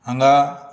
हांगा